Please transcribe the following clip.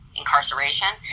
incarceration